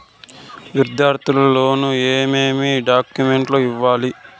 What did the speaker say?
విద్యార్థులు లోను ఏమేమి డాక్యుమెంట్లు ఇవ్వాలి?